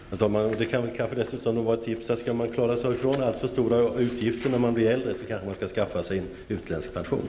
Herr talman! Det kan vara ett tips för den som vill undgå allt förstora utgifter när vederbörande blir äldre att skaffa sig en utländsk pension.